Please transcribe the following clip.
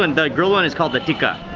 and the grilled one is called the tikka.